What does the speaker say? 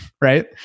right